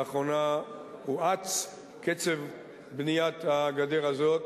לאחרונה הואץ קצב בניית הגדר הזאת.